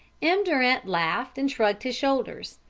m. durant laughed and shrugged his shoulders.